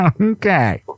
Okay